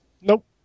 Nope